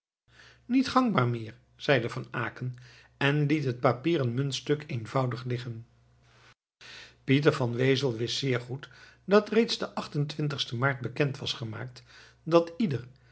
niet gangbaar meer zeide van aecken en liet het papieren muntstuk eenvoudig liggen pieter van wezel wist zeer goed dat reeds den achtentwintigsten maart bekend was gemaakt dat ieder